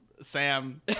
sam